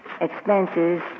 expenses